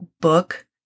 book